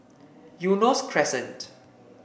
Eunos Crescent